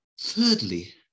Thirdly